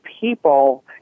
people